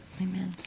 Amen